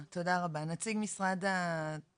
היה להם אופציה לאחר ארבע שנים לצאת ממנו והם